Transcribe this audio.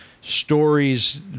stories